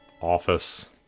office